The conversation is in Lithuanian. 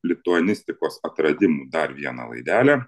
lituanistikos atradimų dar vieną laidelę